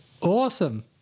Awesome